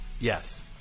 Yes